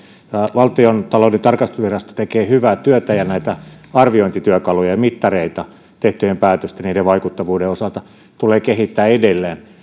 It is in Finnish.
valtiontalouden tarkastusvirasto tekee hyvää työtä ja näitä arviointityökaluja ja mittareita tehtyjen päätösten vaikuttavuuden osalta tulee kehittää edelleen